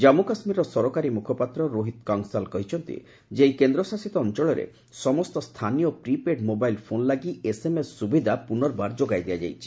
ଜାନ୍ଧୁ କାଶ୍ମୀରର ସରକାରୀ ମୁଖପାତ୍ର ରୋହିତ୍ କନ୍ସଲ୍ କହିଚ୍ଚନ୍ତି ଏହି କେନ୍ଦ୍ରଶାସିତ ଅଞ୍ଚଳରେ ସମସ୍ତ ସ୍ଥାନୀୟ ପ୍ରିପେଡ୍ ମୋବାଇଲ୍ ଫୋନ୍ ଲାଗି ଏସ୍ଏମ୍ଏସ୍ ସୁବିଧା ପୁନଃ ଚାଲୁ କରାଯାଇଛି